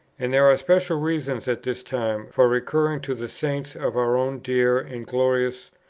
and there are special reasons at this time for recurring to the saints of our own dear and glorious,